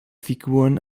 figuren